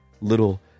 little